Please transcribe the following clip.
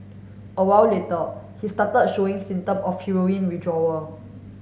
a while later he started showing symptom of heroin withdrawal